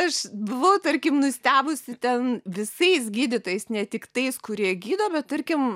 aš buvau tarkim nustebusi ten visais gydytojais ne tik tais kurie gydo bet tarkim